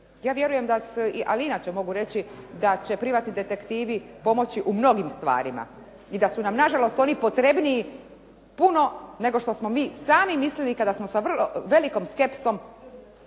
Ja vjerujem da su, ali i inače mogu reći da će privatni detektivi pomoći u mnogim stvarima i da su nam nažalost oni potrebniji puno nego što smo mi sami mislili kada smo sa vrlo velikom skepsom